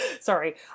sorry